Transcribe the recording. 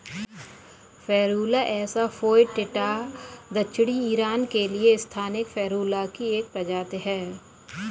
Ferula asafoetida दक्षिणी Iran के लिए स्थानिक फेरुला की एक प्रजाति है